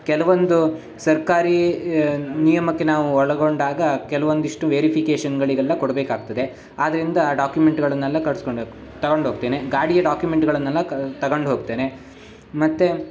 ಕೆಲವೊಂದು ಸರ್ಕಾರಿ ನಿಯಮಕ್ಕೆ ನಾವು ಒಳಗೊಂಡಾಗ ಕೆಲವೊಂದಿಷ್ಟು ವೇರಿಫಿಕೇಶನ್ಗಳಿಗೆಲ್ಲ ಕೊಡಬೇಕಾಗ್ತದೆ ಆದ್ದರಿಂದ ಆ ಡಾಕ್ಯುಮೆಂಟ್ಗಳನ್ನೆಲ್ಲ ಕಡ್ಸ್ಕೊಂಡು ತೊಗೊಂಡೋಗ್ತೇನೆ ಗಾಡಿಯ ಡಾಕ್ಯುಮೆಂಟ್ಗಳನ್ನೆಲ್ಲ ಕ ತಗೊಂಡು ಹೋಗ್ತೇನೆ ಮತ್ತು